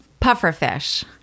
Pufferfish